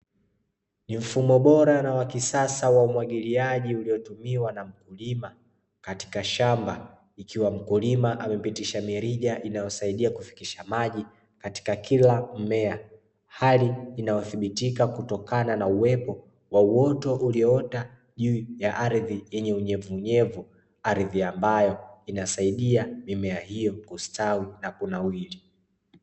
Ni mfumo bora na wa kisasa wa umwagiliaji uliotumiwa na mkulima katika shamba, ikiwa mkulima amepitisha mirija inayosaidia kufikisha maji katika kila mmea, hali inayothibitika kutokana na uwepo wa uoto ulioota juu ya ardhi yenye unyevunyevu, ardhi ambayo inasaidia mimea hiyo kustawi na kunawiri.